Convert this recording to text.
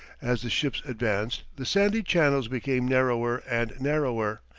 as the ships advanced, the sandy channels became narrower and narrower,